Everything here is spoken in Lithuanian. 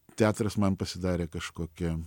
teatras man pasidarė kažkokia